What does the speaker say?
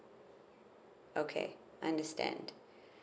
okay understand